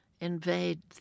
invade